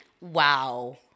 Wow